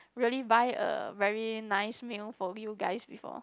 really buy a very nice meal for you guys before